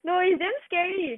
no it's damn scary